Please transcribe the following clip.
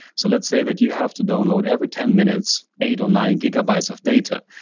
so let's say that you have to download every ten minutes eight or nine gigabytes of data.